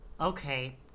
Okay